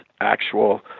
actual